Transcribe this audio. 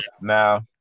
Now